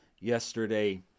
yesterday